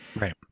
Right